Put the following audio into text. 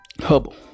Hubble